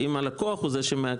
שאם הלקוח הוא זה שמעכב,